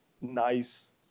nice